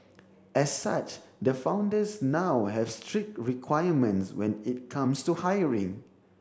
as such the founders now have strict requirements when it comes to hiring